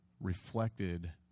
reflected